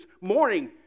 morning